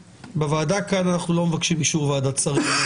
בוועדה כאן אנחנו לא מבקשים אישור ועדת שרים.